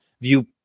view